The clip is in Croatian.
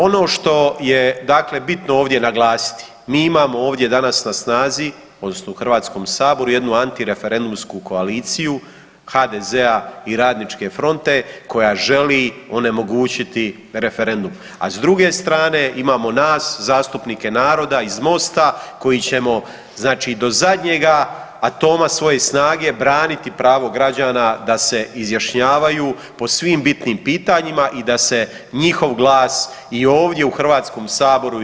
Ono što je dakle bitno ovdje naglasiti, mi imamo ovdje danas na snazi, odnosno u HS-u jednu antireferendumsku koaliciju HDZ-a i Radničke fronte koja želi onemogućiti referendum, a s druge strane imamo nas, zastupnike naroda iz Mosta koji ćemo znači do zadnjega atoma svoje snage braniti pravo građana da se izjašnjavaju po svim bitnim pitanjima i da se njihov glas i ovdje u HS-u javnosti čuje.